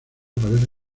parece